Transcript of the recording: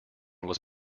was